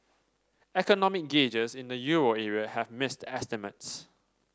economic gauges in the euro area have missed estimates